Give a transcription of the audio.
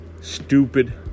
stupid